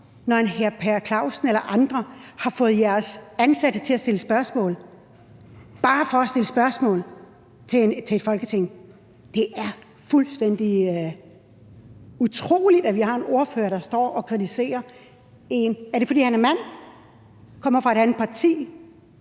når en hr. Per Clausen eller andre har fået jeres ansatte til at stille spørgsmål – bare for at stille spørgsmål i Folketinget? Det er fuldstændig utroligt, at vi har en ordfører, der står og kritiserer en, fordi han er en mand – er det derfor?